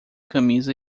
camisa